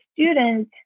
student